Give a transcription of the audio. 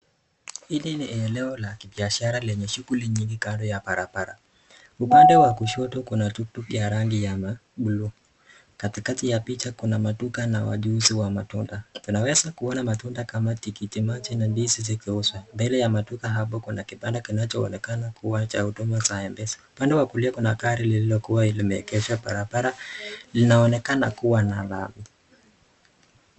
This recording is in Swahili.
Ili ni eneo la kibiashara lenye shughulii nyingi kando ya barabara, upande wa kushoto kuna (cs) tuktuk (cs) ya rangi ya (cs) blue (cs), katikati ya picha kuna maduka na wachuzi wa matunda tunaweza kuona matunda kama tikitiki maji na ndizi zikiuzwa mbele ya maduka, hapo kuna kibanda kinachoonekana kuwa cha huduma cha (cs)mpesa(cs), pande ya kulia kuna gari lililokuwa limeengeshwa barabara linaonekana kuwa la.